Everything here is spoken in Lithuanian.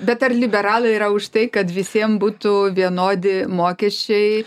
bet ar liberalai yra už tai kad visiem būtų vienodi mokesčiai